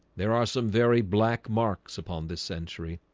there are some very black marks upon this century.